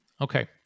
okay